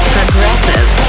Progressive